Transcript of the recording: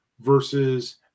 versus